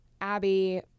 Abby